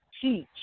teach